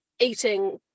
eating